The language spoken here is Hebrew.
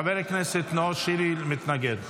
חבר הכנסת נאור שירי מתנגד.